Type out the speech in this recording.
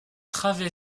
travée